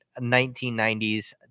1990s